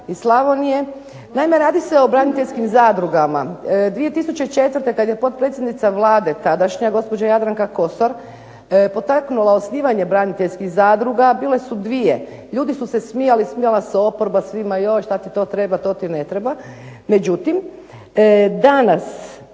iz Slavonije. Naime radi se o braniteljskim zadrugama. 2004. kad je potpredsjednica Vlada, tadašnja, gospođa Jadranka Kosor potaknula osnivanje braniteljskih zadruga, bile su dvije. Ljudi su se smijali, smijala se oporba svima, još šta ti to treba, to ti ne treba, međutim danas